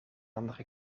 andere